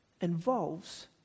involves